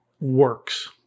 works